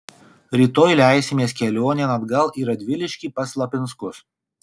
rytoj leisimės kelionėn atgal į radviliškį pas lapinskus